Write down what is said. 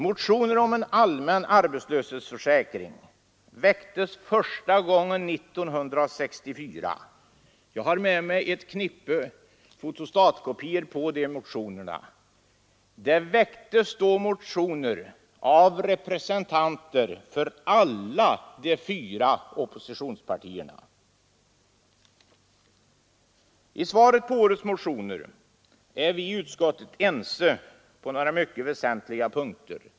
Motioner om en allmän arbetslöshetsförsäkring väcktes första gången 1964 — jag har i handen ett knippe fotostatkopior på de motionerna. De väcktes då av representanter för alla de fyra oppositionspartierna. I vårt yttrande över årets motioner är vi i utskottet ense på några mycket väsentliga punkter.